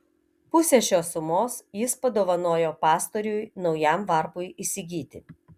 pusę šios sumos jis padovanojo pastoriui naujam varpui įsigyti